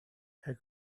her